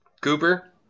Cooper